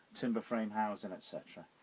timber frame housing etc